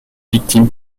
victimes